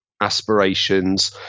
aspirations